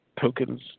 tokens